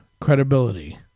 credibility